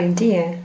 Idea